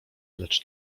lecz